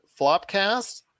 Flopcast